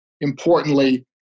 importantly